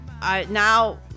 now